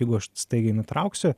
jeigu aš staigiai nutrauksiu